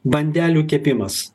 bandelių kepimas